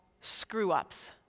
screw-ups